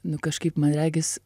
nu kažkaip man regis